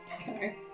Okay